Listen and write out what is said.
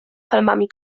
palmami